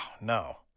no